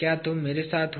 क्या तुम मेरे साथ हो